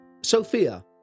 Sophia